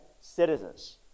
citizens